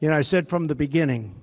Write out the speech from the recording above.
and i said from the beginning,